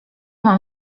mam